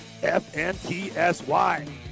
FNTSY